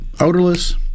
odorless